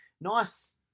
nice